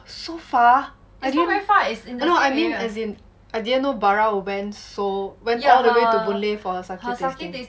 so far I didn't I mean as in I didn't know bara went so went all the way to boon lay for her sake tasting